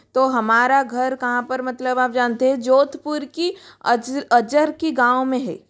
तो हमारा घर कहाँ पर मतलब आप जानते है जोधपुर की अजर की गाँव में है